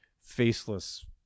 faceless